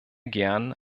gern